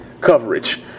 coverage